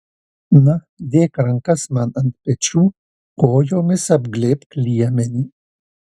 na dėk rankas man ant pečių kojomis apglėbk liemenį